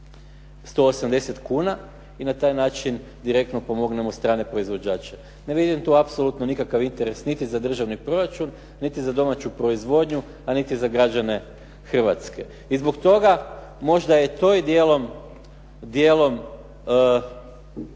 180 kuna i na taj način direktno pomognemo strane proizvođače. Ne vidim tu apsolutno nikakav interes niti za državni proračun niti za domaću proizvodnju, a niti za građane Hrvatske. I zbog toga možda je i to dijelom